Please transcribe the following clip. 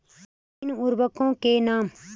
तीन उर्वरकों के नाम?